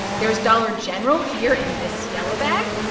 there is dollar general here in this yellow bag.